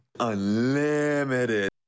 Unlimited